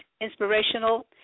inspirational